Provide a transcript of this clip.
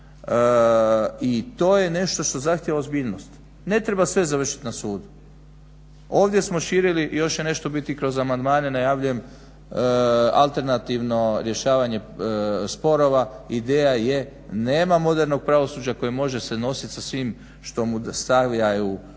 i to je nešto što zahtjeva ozbiljnost. Ne treba sve završiti na sudu. Ovdje smo širili i još će nešto biti kroz amandmane najavljujem alternativno rješavanje sporova. Ideja je nema modernog pravosuđa koji može se nosit sa svim što mu stavljaju zahtjevi.